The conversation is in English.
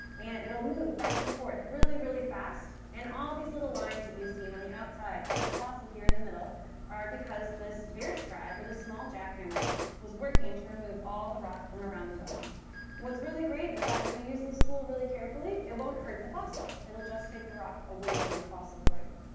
and it'll move back and forth really, really fast. and all these little lines that you see on the outside of this fossil here in the middle are because this air scribe or the small jackhammer was working to remove all the rock from around the bone. and what's really great is that if you use this tool really carefully, it won't hurt the fossil. it'll just take the rock away from the fossil for you.